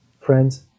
Friends